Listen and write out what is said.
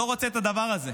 לא רוצה את הדבר הזה.